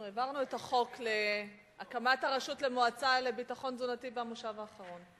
אנחנו העברנו את חוק המועצה הארצית לביטחון תזונתי במושב האחרון.